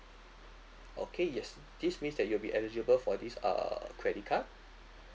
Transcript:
okay yes this means that you'll be eligible for this uh credit card